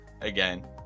again